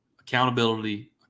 Accountability